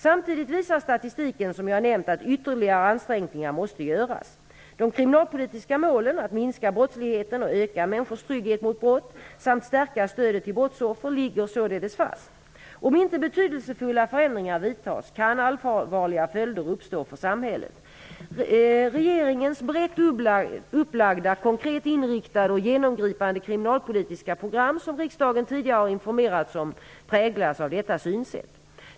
Samtidigt visar statistiken som jag nämnt att ytterligare ansträngningar måste göras. De kriminalpolitiska målen -- att minska brottsligheten och öka människors trygghet mot brott samt stärka stödet till brottsoffer -- ligger således fast. Om inte betydelsefulla förändringar vidtas kan allvarliga följder uppstå för samhället. Regeringens brett upplagda, konkret inriktade och genomgripande kriminalpolitiska program som riksdagen tidigare har informerats om präglas av detta synsätt.